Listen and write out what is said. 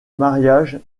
mariage